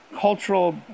cultural